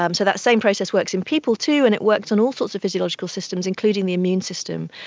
um so that same process works in people too, and it worked on all sorts of physiological systems, including the immune system.